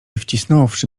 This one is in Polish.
wcisnąwszy